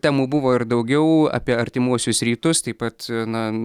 temų buvo ir daugiau apie artimuosius rytus taip pat na